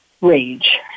rage